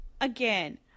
again